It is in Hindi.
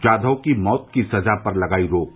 जाधव की मौत की सजा पर लगाई रोक